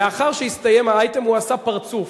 לאחר שהסתיים האייטם הוא עשה פרצוף,